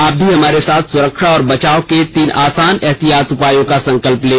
आप भी हमारे साथ सुरक्षा और बचाव के तीन आसान एहतियाती उपायों का संकल्प लें